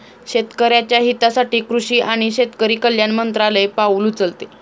शेतकऱ्याच्या हितासाठी कृषी आणि शेतकरी कल्याण मंत्रालय पाउल उचलते